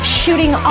shooting